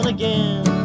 again